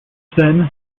then